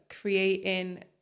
creating